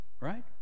right